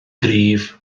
gryf